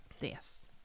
yes